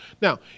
Now